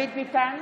ביטן,